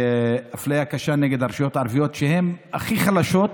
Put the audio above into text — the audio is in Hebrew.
אפליה קשה נגד הרשויות הערביות, שהן הכי חלשות,